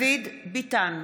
ביטן,